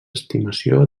estimació